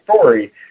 story